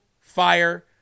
fire